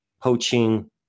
poaching